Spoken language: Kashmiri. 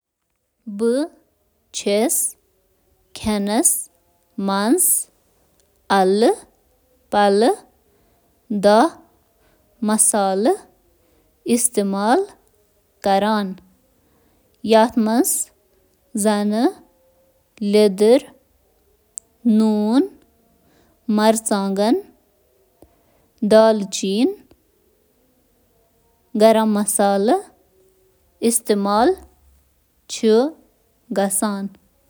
رنٛنَس منٛز چھِ واریاہ مسالہٕ استعمال یِوان کرنہٕ، تہٕ کھٮ۪نَس منٛز استعمال گژھَن وٲلۍ مسالن ہٕنٛز تعداد ہٮ۪کہِ کھٮ۪نَو مُطٲبِق مُختٔلِف ٲسِتھ: بہٕ چھُس مسالہٕ استعمال کران، یَتھ منٛز لٔدٕر، زیرہ، دھنہٕ، الائچی، ادرک، جائر، سرسٕہٕ بیٛٲل تہٕ فینوگریک شٲمِل چھِ۔